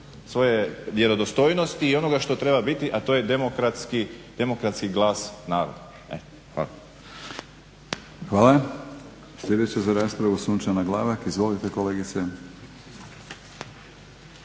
svoje vjerodostojnosti i onoga što treba biti, a to je demokratski glas naroda. Eto. Hvala. **Batinić, Milorad (HNS)** Hvala. Sljedeća za raspravu Sunčana Glavak. Izvolite kolegice.